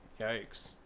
Yikes